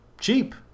cheap